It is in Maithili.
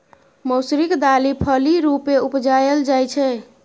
मौसरीक दालि फली रुपेँ उपजाएल जाइ छै